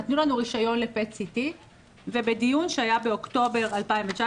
נתנו לנו רישיון ל- PET-CTובדיון שהיה באוקטובר 2019,